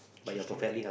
change together